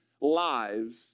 lives